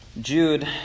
Jude